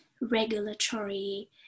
regulatory